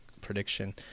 prediction